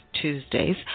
Tuesdays